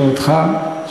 לא אותך,